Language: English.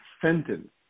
sentence